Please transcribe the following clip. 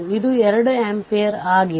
ಮತ್ತು RThevenin V0 i0 ಆಗಿದೆ